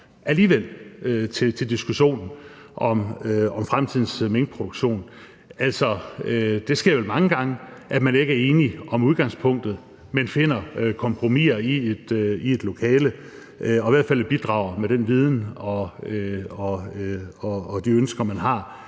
bidrage til diskussionen om fremtidens minkproduktion. Altså, det sker vel mange gange, at man ikke er enige om udgangspunktet, men finder kompromiser i et lokale, og at man i hvert fald bidrager med den viden og de ønsker, man har.